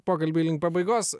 pokalbiui link pabaigos